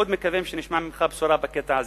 אנחנו מאוד מקווים שנשמע ממך בשורה בקטע הזה.